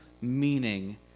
meaning